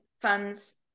funds